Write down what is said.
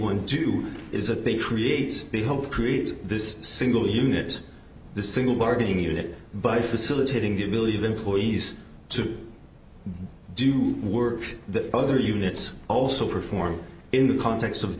do is that they create to help create this single unit the single bargaining unit by facilitating the ability of employees to do work that other units also perform in the context of